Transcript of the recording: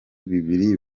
bibiri